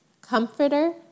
comforter